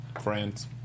Friends